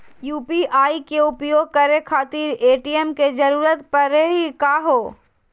UPI के उपयोग करे खातीर ए.टी.एम के जरुरत परेही का हो?